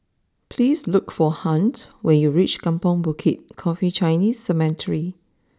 please look for Hunt when you reach Kampong Bukit Coffee Chinese Cemetery